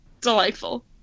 delightful